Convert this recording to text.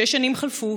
שש שנים חלפו,